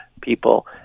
people